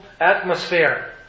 atmosphere